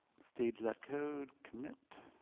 stage that code. commit.